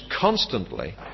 constantly